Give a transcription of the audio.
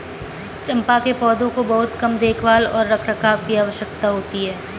चम्पा के पौधों को बहुत कम देखभाल और रखरखाव की आवश्यकता होती है